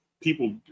people –